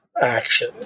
action